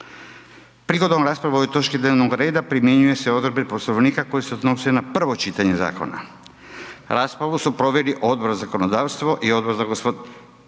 Prigodom rasprave o ovoj točki dnevnog reda primjenjuju se odredbe Poslovnika koje se odnose na prvo čitanje zakona. Raspravu su proveli Odbor za zakonodavstvo i Odbor za gospodarstvo.